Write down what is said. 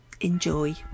Enjoy